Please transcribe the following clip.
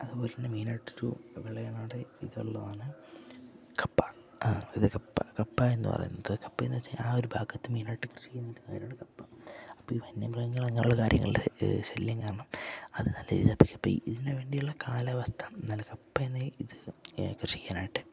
അതുപോലെ തന്നെ മെയിനായിട്ട് ഒരു വിള അവിടെ ഇത് ഉള്ളതാണ് കപ്പ ഇത് കപ്പ കപ്പ എന്നു പറയുന്നത് കപ്പ എന്ന് വച്ചു കഴിഞ്ഞാൽ ആ ഒരു ഭാഗത്ത് മെയിനായിട്ട് കൃഷി ചെയ്യുന്ന് കാര്യാമാണ് കപ്പ അപ്പം ഈ വന്യ മൃഗങ്ങൾ അങ്ങനെയുള്ള കാര്യങ്ങളുടെ ശല്യം കാരണം അത് നല്ല രീതിക്ക് പറ്റുന്നില്ല അപ്പ ഇതിന് വേണ്ടിയുള്ള കാലാവസ്ഥ നല്ല കപ്പ എന്ന് ഇത് കൃഷി ചെയ്യാനായിട്ട്